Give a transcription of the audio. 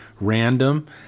random